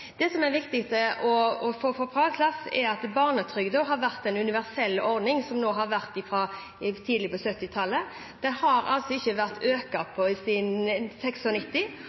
Det som er viktig å få på plass, er at barnetrygda har vært en universell ordning som vi har hatt siden tidlig på 1970-tallet. Den har ikke vært